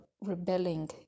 rebelling